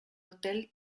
hotel